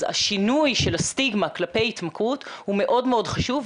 אז השינוי של הסטיגמה כלפי התמכרות הוא מאוד מאוד חשוב,